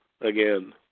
again